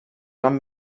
van